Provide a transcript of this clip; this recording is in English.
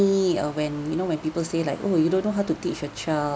uh when you know when people say like oh you don't know how to teach your child